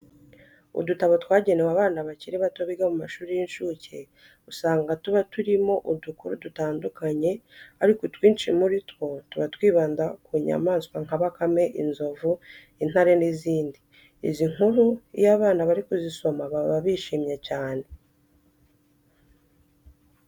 Udutabo twagenewe abana bakiri bato biga mu mashuri y'incuke, usanga tuba turimo udukuru dutandukanye ariko utwinshi muri two tuba twibanda ku nyamaswa nka bakame, inzovu, intare n'izindi. Izi nkuru iyo abana bari kuzisomerwa baba bishimye cyane.